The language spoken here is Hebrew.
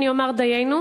אני אומר דיינו.